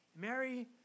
Mary